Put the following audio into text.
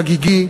חגיגי,